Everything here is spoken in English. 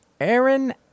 Aaron